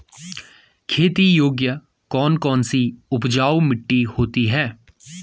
खेती योग्य कौन कौन सी उपजाऊ मिट्टी होती है?